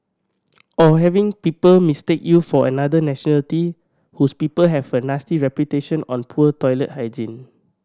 or having people mistake you for another nationality whose people have a nasty reputation on poor toilet hygiene